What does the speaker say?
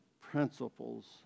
principles